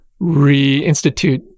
reinstitute